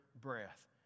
breath